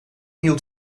hield